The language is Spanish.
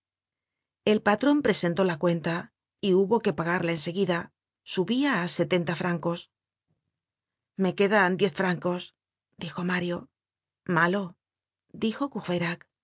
el patron presentó la cuenta y hubo que pagarla en seguida subia á setenta francos me quedan diez francos dijo mario malo dijo